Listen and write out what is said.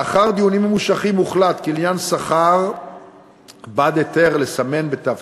לאחר דיונים ממושכים הוחלט כי לעניין שכר בעד היתר לסמן בתו